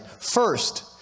first